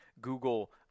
Google